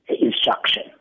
instruction